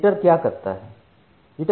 jitter क्या है